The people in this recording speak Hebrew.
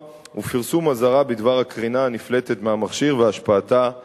ופרסום אזהרה בדבר הקרינה הנפלטת מהמכשיר והשפעתה האפשרית.